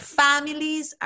families